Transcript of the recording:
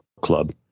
Club